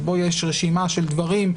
שבו יש רשימה של דברים,